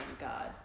God